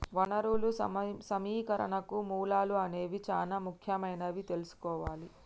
వనరులు సమీకరణకు మూలాలు అనేవి చానా ముఖ్యమైనవని తెల్సుకోవాలి